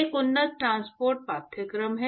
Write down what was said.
एक उन्नत ट्रांसपोर्ट पाठ्यक्रम है